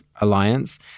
alliance